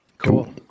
cool